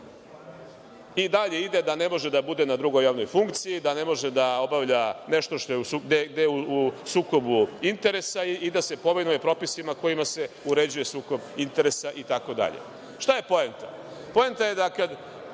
i dalje ide da ne može da bude na drugoj javnoj funkciji, da ne može da obavlja gde je u sukobu interesa i da se povinuje propisima kojima se uređuje sukob interesa itd. Šta je poenta? Poenta je da kada